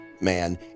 man